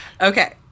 Okay